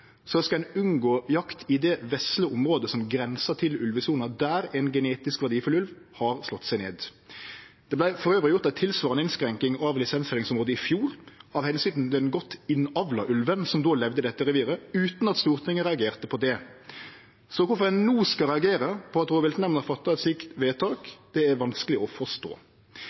skal ein unngå jakt i det vesle området som grensar til ulvesona, der ein genetisk verdifull ulv har slått seg ned. Det vart òg gjort ei tilsvarande innskrenking av lisensfellingsområdet i fjor av omsyn til den godt innavla ulven som då levde i dette reviret, utan at Stortinget reagerte på det. Så kvifor ein no skal reagere på at rovviltnemndene har fatta eit slikt vedtak, er vanskeleg å forstå. Det er heller ikkje heilt enkelt å forstå